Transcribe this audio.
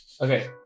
Okay